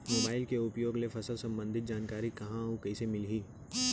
Mobile के उपयोग ले फसल सम्बन्धी जानकारी कहाँ अऊ कइसे मिलही?